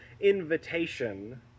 invitation